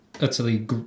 utterly